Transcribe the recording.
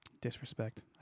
Disrespect